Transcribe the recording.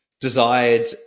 desired